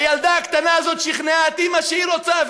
הילדה הקטנה הזאת שכנעה את אימא שהיא רוצה,